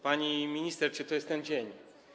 Pani minister, czy to jest ten dzień?